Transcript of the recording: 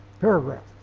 Paragraph